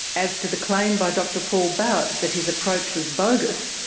as to the claim by dr paul bauert that his approach was bogus,